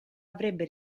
avrebbe